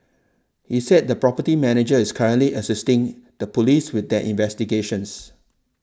he said the property manager is currently assisting the police with their investigations